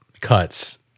cuts